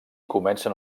comencen